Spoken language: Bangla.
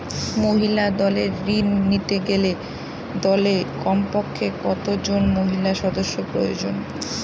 মহিলা দলের ঋণ নিতে গেলে দলে কমপক্ষে কত জন মহিলা সদস্য প্রয়োজন?